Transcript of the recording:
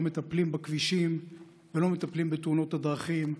מטפלים בכבישים ולא מטפלים בתאונות הדרכים.